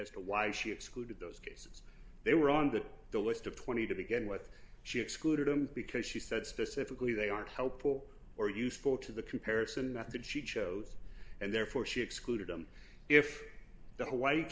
as to why she excluded those cases they were on the list of twenty to begin with she excluded them because she said specifically they are helpful or useful to the comparison that she chose and therefore she excluded them if the white